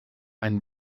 einen